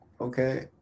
Okay